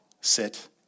sit